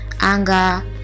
anger